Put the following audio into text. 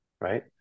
right